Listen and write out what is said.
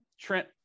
Trent